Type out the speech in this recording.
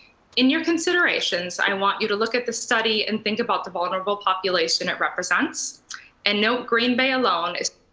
in your considerations, i want you to look at the study and think about the vulnerable population it represents and note green bay alone is